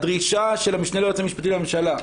הדרישה של המשנה ליועץ המשפטי לממשלה,